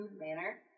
manner